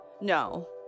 No